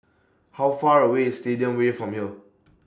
How Far away IS Stadium Way from here